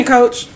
Coach